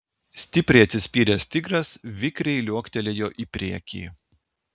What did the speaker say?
stipriai atsispyręs tigras vikriai liuoktelėjo į priekį